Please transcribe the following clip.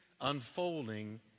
unfolding